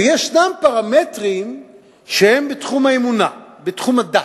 יש פרמטרים שהם בתחום האמונה, בתחום הדת.